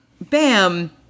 Bam